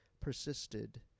persisted